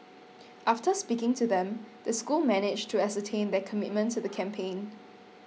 after speaking to them the school managed to ascertain their commitment to the campaign